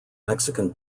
mexican